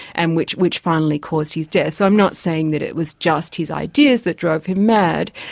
and which which finally caused his death i'm not saying that it was just his ideas that drove him mad,